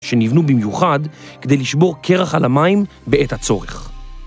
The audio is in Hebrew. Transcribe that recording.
שנבנו במיוחד כדי לשבור קרח על המים בעת הצורך.